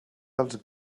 als